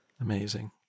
Amazing